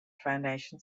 foundation